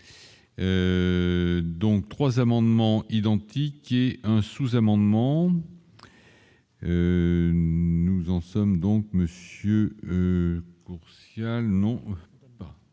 donc 3 amendements identiques, qui est un sous-amendement, nous en sommes donc Monsieur Courtial non pas